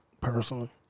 personally